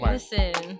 Listen